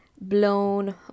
blown